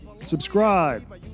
Subscribe